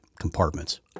compartments